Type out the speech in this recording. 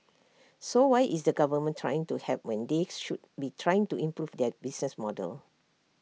so why is the government trying to help when they should be trying to improve their business model